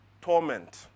torment